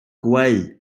gweu